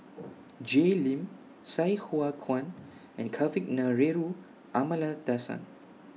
Jay Lim Sai Hua Kuan and Kavignareru Amallathasan